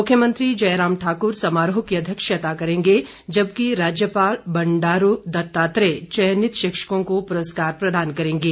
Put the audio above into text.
मुख्यमंत्री जयराम ठाकुर समारोह की अध्यक्षता करेंगे जबकि राज्यपाल बंडारू दत्तात्रेय चयनित शिक्षकों को पुरस्कार प्रदान करेंगे